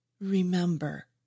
remember